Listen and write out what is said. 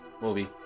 movie